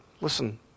listen